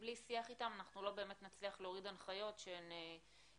שבלי שיח אתם אנחנו לא באמת נצליח להוריד הנחיות שהן ישימות.